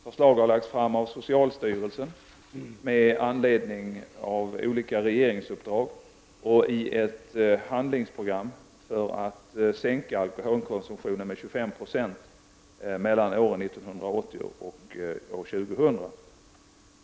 Förslag har lagts fram av socialstyrelsen med anledning av olika regeringsuppdrag och i ett handlingsprogram för att sänka alkoholkonsumtionen med 25 96 mellan åren 1980 och 2000.